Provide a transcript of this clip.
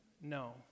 no